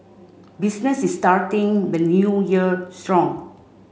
business is starting the New Year strong